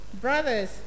brothers